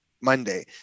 Monday